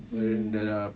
mm